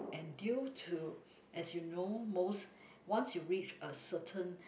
and due to as you know most once you reach a certain